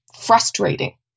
frustrating